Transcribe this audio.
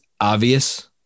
obvious